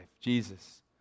Jesus